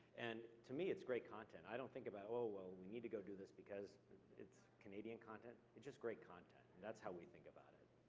and to me, it's great content. i don't think about, oh well we need to go do this because it's canadian content. it's just great content, and that's how we think about it.